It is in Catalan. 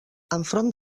enfront